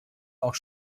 auch